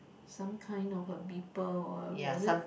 some kind of a beeper or was it